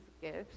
gifts